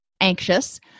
anxious